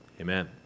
amen